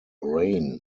reign